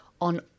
on